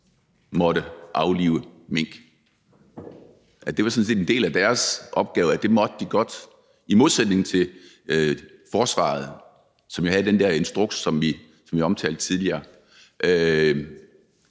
måtte aflive mink. Det var sådan set en del af deres opgave, at det måtte de godt, i modsætning til forsvaret, som jo havde den der instruks, som vi omtalte tidligere.